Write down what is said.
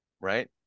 Right